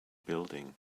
building